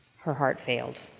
her heart failed.